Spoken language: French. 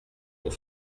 pour